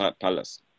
palace